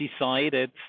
decided